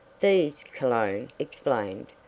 these, cologne explained,